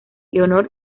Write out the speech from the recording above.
leonor